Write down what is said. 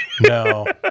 No